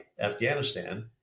Afghanistan